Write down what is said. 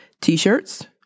t-shirts